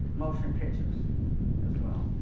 motion pictures as well.